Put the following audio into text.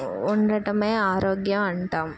ఉండటమే ఆరోగ్యం అంటాం